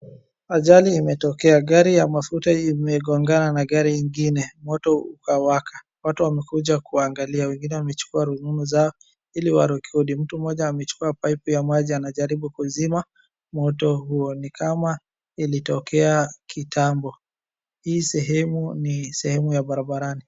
Ajali imetokea, gari ya mafuta imegongana na gari ingine moto ukawaka, watu wamekuja kuangalia wengine wamechukua rununu zao ili warekodi. Mtu mmoja amechukua pipe ya maji anajaribu kuzima moto huo, ni kama ilitokea kitambo, hii sehemu ni sehemu ya barabarani.